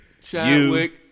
Chadwick